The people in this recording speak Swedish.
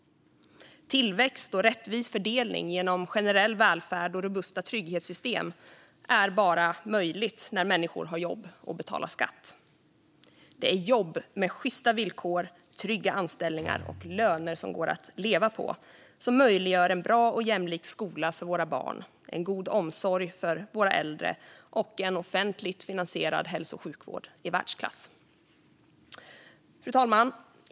Tillväxt och rättvis fördelning genom generell välfärd och robusta trygghetssystem är bara möjligt när människor har jobb och betalar skatt. Det är jobb med sjysta villkor, trygga anställningar och löner som går att leva på som möjliggör en bra och jämlik skola för våra barn, en god omsorg om våra äldre och en offentligt finansierad hälso och sjukvård i världsklass. Fru talman!